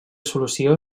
solució